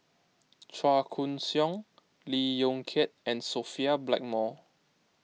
Chua Koon Siong Lee Yong Kiat and Sophia Blackmore